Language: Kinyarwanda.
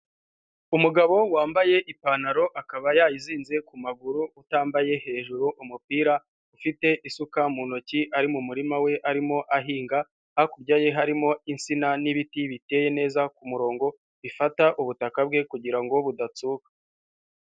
Umugabo wambaye ipantaro akaba yayizinze ku maguru, utambaye hejuru umupira, ufite isuka mu ntoki ari mu murima we arimo ahinga, hakurya ye harimo insina n'ibiti biteye neza ku murongo, bifata ubutaka bwe kugira ngo budatsuka.